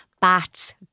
bats